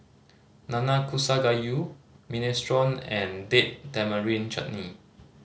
Nanakusa Gayu Minestrone and Date Tamarind Chutney